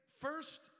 first